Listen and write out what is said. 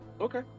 Okay